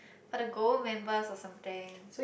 for the gold members or something